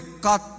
cut